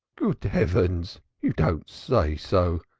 good heavens! you don't say so?